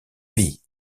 vie